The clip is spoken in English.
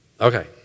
okay